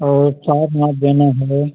और सारनाथ जाना है